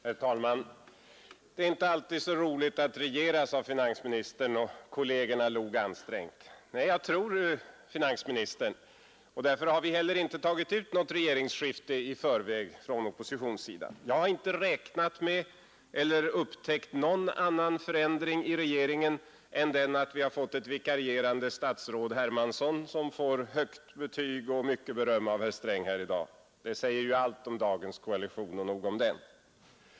Herr talman! Det är inte alltid så roligt att regera, sade finansministern, och kollegerna log ansträngt. Nej, jag tror det, herr finansminister, och därför har vi inte heller tagit ut något regeringsskifte i förväg från oppositionssidan. Vi har inte räknat med eller upptäckt någon annan förändring i regeringen än den att vi har fått ett vikarierande statsråd, herr Hermansson, som får högt betyg och mycket beröm av herr Sträng här i dag. Det säger ju allt om dagens koalition, och nog om den.